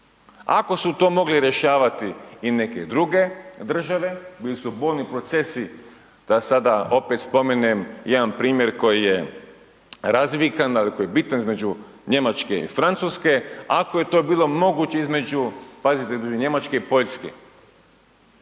Ako su to mogli rješavati i neke druge države, bili su brojni procesi, da sada opet spomenem jedan primjer koji je razvikan, ali koji je bitan između Njemačke i Francuske, ako je to bilo moguće između, pazite, između Njemačke i Poljske,